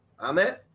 Amen